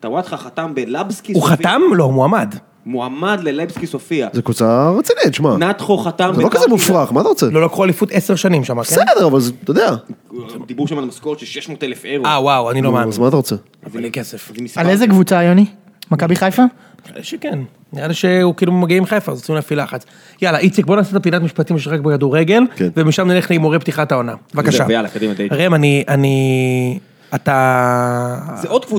טוואטחה חתם בלבסקי סופיה. הוא חתם? לא, הוא מועמד. מועמד ללבסקי סופיה. זה קבוצה רצינית, שמע. נאתכו חתם. זה לא כזה מופרך, מה אתה רוצה. לא לקחו אליפות עשר שנים שמה, כן? בסדר אבל זה, אתה יודע. הדיבור שם הוא על משכורת 600,000 אירו. אה, וואו, אני לא מאמין. נו, אז מה אצה רוצה? זה מלא כסף. על איזה קבוצה, יוני? מכבי חיפה? אני חושב שכן, נראה שהוא כאילו מגיע מחיפה, אז צריכים להפעיל לחץ. יאללה, איציק בוא נעשה את הפינה ״משפטים שיש רק בכדורגל״, ומשם נלך להימורי פתיחת העונה. בבקשה. יאללה, קדימה. ראם, אני, אני, אתה. זה עוד קבוצה